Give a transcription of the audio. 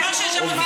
שמעת מה שבגין אמר?